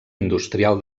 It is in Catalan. industrial